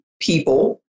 people